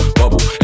bubble